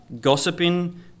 gossiping